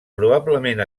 probablement